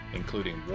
including